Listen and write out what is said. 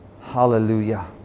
hallelujah